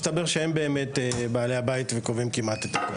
מסתבר שהם באמת בעלי הבית וקובעים כמעט את הכול.